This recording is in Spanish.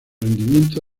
rendimiento